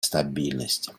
стабильности